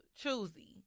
choosy